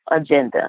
agenda